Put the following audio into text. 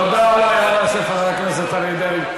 תודה על ההערה, חבר הכנסת אריה דרעי.